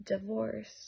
divorce